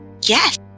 Yes